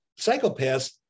psychopaths